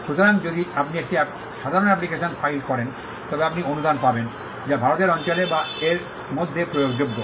সুতরাং যদি আপনি একটি সাধারণ অ্যাপ্লিকেশন ফাইল করেন তবে আপনি অনুদান পাবেন যা ভারতের অঞ্চলে বা এর মধ্যে প্রয়োগযোগ্য